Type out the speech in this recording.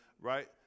right